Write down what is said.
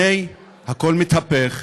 הנה הכול מתהפך,